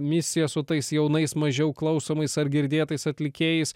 misija su tais jaunais mažiau klausomais ar girdėtais atlikėjais